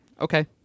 okay